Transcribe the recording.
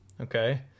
Okay